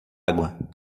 água